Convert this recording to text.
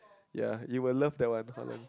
ya you will love that one Hollen